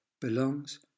belongs